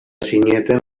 zineten